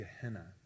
Gehenna